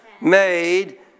made